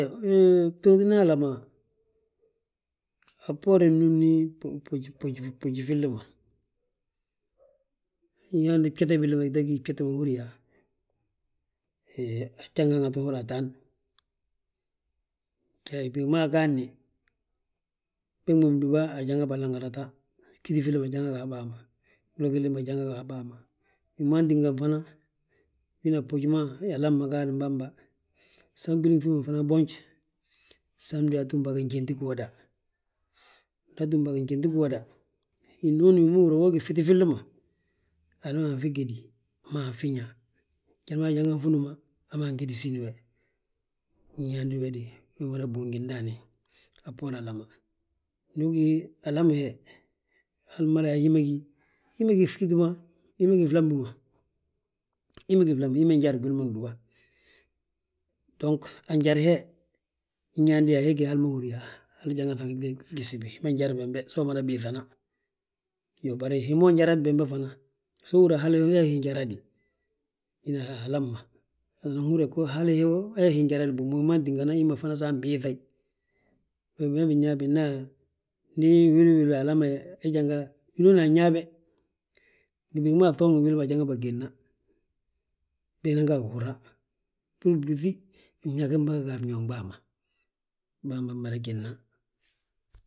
Hee, btootina alama, a bboorin mnúmni fboji, fboji filli ma. Inyaande bjeti billi ma tita gi bjeti ma húri yaa. Hee, aa jjanga ŋati holla ataan, he bigi ma agaadni, bég ma bindúba ajanga bà laŋrata, fgíti filli ma janga ga a bàa ma, glo gilli ma janga ga a bàa ma. Wi ma ntínga fana, fina boji ma alam ma gaadin bàmba, san gwilin fi ma fana boonj. Sam atúmbà a gijenti giwoda, nda atúm bà a gijenti giwoda. Hinooni nda ahúri yaa wi ma gini ffiti filli ma, naman fi gédi. Aman fi ñaa, njali ma a jangan fi núma, aman gédi síni we, inyaandi we de we mada boonji ndaani, a bboorla alama; Ndu ugí alami he, hal mada yaa hímee gí, hí mee gí ffiti ma, he mee gí flambi ma, hi mee gí flambi ma, hi mee njari gwili ma gdúba. Dong anjari he, inyaandi yaa he gí hal ma húri yaa, hal janga ŧagi he gjig gsibi, hi ma njari bembe so umada biiŧana. Bari hi ma unjarad bembe fana, so uhúri yaa hal hee hi injaradi, hina alam ma, anan húri yaa hal hee hi njaradi bommu wi ma tíngana hi ma fana san ambiiŧayi. We wi ma binyaa, bina yaa: Ndi wili uwili we alami he, he janga winooni anyaa be, ngi bigi ma aŧoogni gwili ma ajanga bà gédna, bee na ga gihúra. Bbúri blúŧi, fñegi mbaga a ñuugim bàa ma, mbamba mmada gédna.